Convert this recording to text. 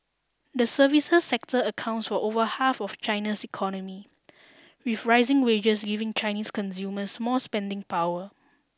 the services sector accounts for over half of China's economy with rising wages giving Chinese consumers more spending power